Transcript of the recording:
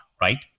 right